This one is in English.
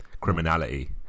criminality